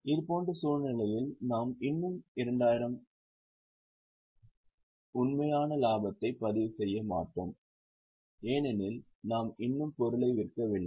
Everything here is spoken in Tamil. இதுபோன்ற சூழ்நிலையில் நாம் இன்னும் 2000 ஆம் ஆண்டின் உண்மையான லாபத்தை பதிவு செய்ய மாட்டோம் ஏனெனில் நாம் இன்னும் பொருளை விற்கவில்லை